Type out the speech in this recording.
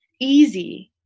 easy